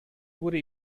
wurde